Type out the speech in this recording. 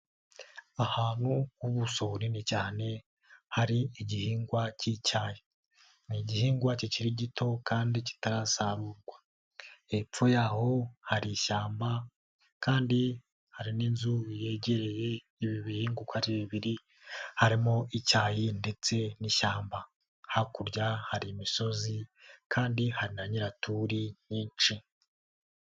Ahantu h'ubuso bunini cyane hari igihingwa k'icyayi, ni igihingwa kikiri gito kandi kitarasarurwa, hepfo y'aho hari ishyamba kandi hari n'inzu yegereye ibibi bihingwa uko ari bibiri, harimo icyayi ndetse n'ishyamba, hakurya hari imisozi kandi hari na nyiraturi nyinshi.